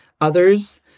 others